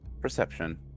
Perception